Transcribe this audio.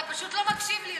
אתה פשוט לא מקשיב לי,